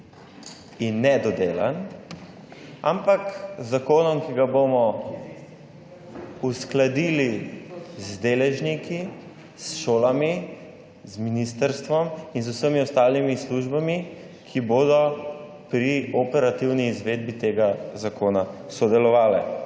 in nedodelan, ampak z zakonom, ki ga bomo uskladili z deležniki, s šolami, z ministrstvom in z vsemi ostalimi službami, ki bodo sodelovale pri operativni izvedbi tega zakona.